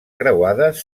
creuades